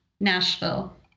Nashville